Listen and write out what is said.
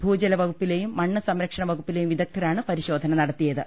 ഭൂജലവകുപ്പിലെയും മണ്ണ് സംരക്ഷണ വകുപ്പിലെയും വിദഗ്ദ്ധരാണ് പരിശോധന നടത്തിയത്